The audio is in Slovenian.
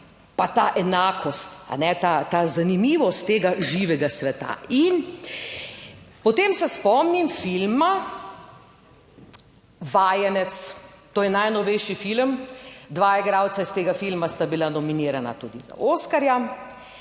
pa ta enakost, ta zanimivost tega živega sveta. In potem se spomnim filma. Vajenec, to je najnovejši film, dva igralca iz tega filma sta bila nominirana tudi za Oskarja